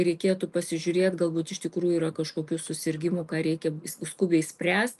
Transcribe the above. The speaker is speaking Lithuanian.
reikėtų pasižiūrėt galbūt iš tikrųjų yra kažkokių susirgimų ką reikia skubiai spręst